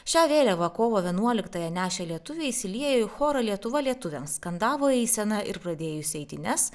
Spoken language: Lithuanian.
šią vėliavą kovo vienuoliktąją nešę lietuviai įsiliejo į chorą lietuva lietuviams skandavo eiseną ir pradėjusi eitynes